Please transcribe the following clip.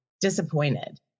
disappointed